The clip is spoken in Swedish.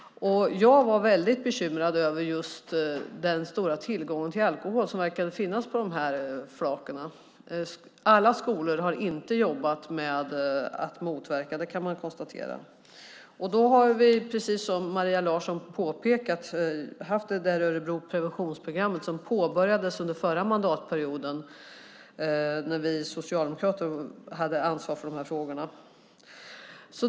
Jag var väldigt bekymrad över den stora tillgång till alkohol som verkade finnas på studentflaken. Alla skolor har inte jobbat med att motverka det. Det kan man konstatera. Precis som Maria Larsson påpekar har vi haft Örebro preventionsprogram, som påbörjades under förra mandatperioden när vi socialdemokrater hade ansvar för de här frågorna.